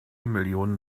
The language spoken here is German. millionen